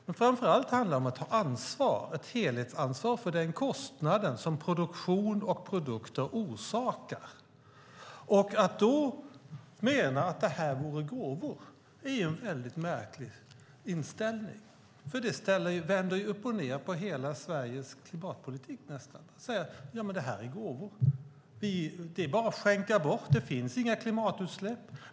Men framför allt handlar det om att ta ett helhetsansvar för den kostnad som produktion och produkter orsakar. Att då mena att det vore gåvor är en väldigt märklig inställning. Det vänder nästan upp och ned på hela Sveriges klimatpolitik om man säger att detta är gåvor, att det bara är att skänka bort och att det inte finns några klimatutsläpp.